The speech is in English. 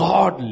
God